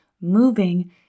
moving